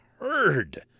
heard